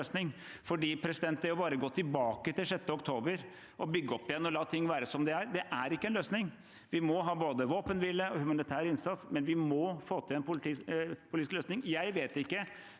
løsning. Det bare å gå tilbake til 6. oktober og bygge opp igjen og la ting være som de er, er ikke en løsning. Vi må ha både våpenhvile og humanitær innsats, men vi må også få til en politisk løsning, og jeg vet ikke